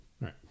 right